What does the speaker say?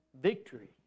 Victory